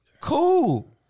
Cool